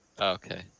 Okay